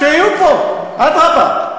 שיהיו פה, אדרבה.